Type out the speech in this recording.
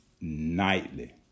nightly